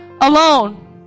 alone